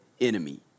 enemy